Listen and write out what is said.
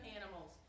animals